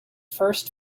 first